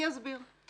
אני אסביר.